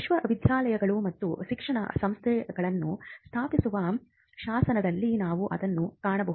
ವಿಶ್ವವಿದ್ಯಾನಿಲಯಗಳು ಮತ್ತು ಶಿಕ್ಷಣ ಸಂಸ್ಥೆಗಳನ್ನು ಸ್ಥಾಪಿಸುವ ಶಾಸನದಲ್ಲಿ ನಾವು ಅದನ್ನು ಕಾಣಬಹುದು